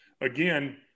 again